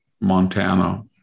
Montana